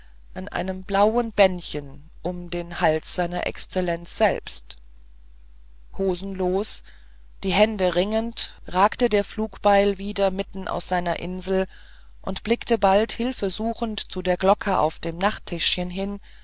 an einem blauen bändchen am halse seiner exzellenz selbst hosenlos die hände ringend ragte der pinguin wieder mitten aus seiner insel und blickte bald hilfesuchend zu der glocke auf dem nachttischchen hin